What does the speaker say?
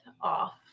off